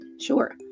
Sure